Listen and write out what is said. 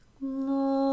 Lord